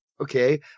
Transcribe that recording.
Okay